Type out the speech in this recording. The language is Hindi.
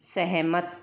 सहमत